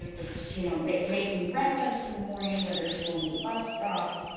it's you know um but making breakfast in the morning, whether it's going to the bus stop,